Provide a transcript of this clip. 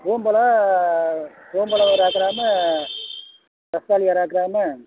பூவம் பழம் பூவம் பழம் ஒரு ஏக்கராவுமும் ரஸ்தாளி ஏக்கராவுமும்